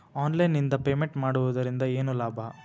Online ನಿಂದ payment ಮಾಡುವುದರಿಂದ ಏನು ಲಾಭ?